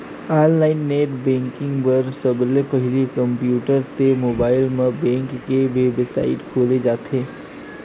online net banking बर सबले पहिली कम्प्यूटर ते मोबाईल म बेंक के बेबसाइट खोले जाथे